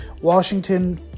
Washington